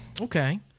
Okay